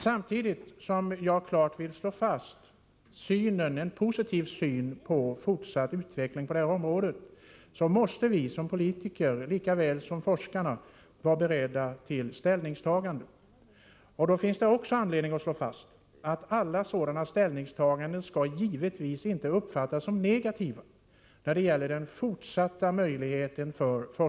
Samtidigt som jag klart vill deklarera en positiv syn på fortsatt utveckling på detta « råde, vill jag framhålla att vi som politiker, lika väl som forskarna, måste vara beredda till ställningstaganden. Självfallet skall inte alla sådana ställningstaganden uppfattas som negativa när det gäller forskningens fortsatta möjligheter.